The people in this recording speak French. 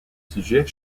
sujet